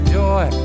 joy